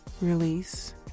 Release